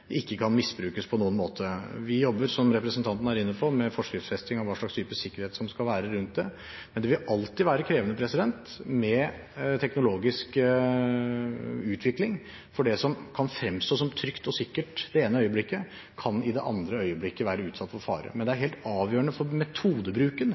ikke kan misbrukes på noen måte. Vi jobber, som representanten er inne på, med forskriftsfesting av hva slags type sikkerhet som skal være rundt det, men det vil alltid være krevende med teknologisk utvikling, for det som kan fremstå som trygt og sikkert det ene øyeblikket, kan i det andre øyeblikket være utsatt for fare. Men det